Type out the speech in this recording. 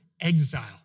exile